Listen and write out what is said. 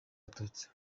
abatutsi